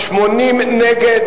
לשכת ראש הממשלה לשעבר,